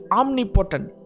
omnipotent